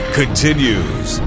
continues